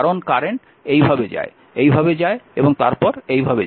কারণ কারেন্ট এইভাবে যায় এইভাবে যায় এবং তারপর এইভাবে যায়